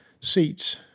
seats